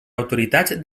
autoritats